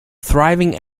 thriving